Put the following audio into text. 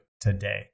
today